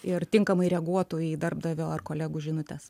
ir tinkamai reaguotų į darbdavio ar kolegų žinutes